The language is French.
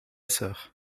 sœur